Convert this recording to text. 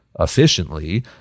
efficiently